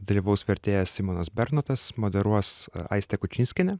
dalyvaus vertėjas simonas bernotas moderuos aistė kučinskienė